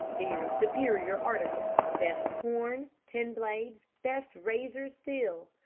very superior article. best horn, ten blades, best razor steel.